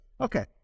Okay